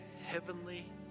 heavenly